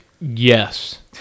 yes